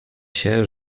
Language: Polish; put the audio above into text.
się